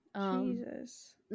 Jesus